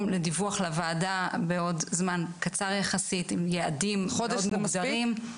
לדיווח לוועדה בעוד זמן קצר יחסית עם יעדים מאוד מוגדרים.